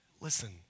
Listen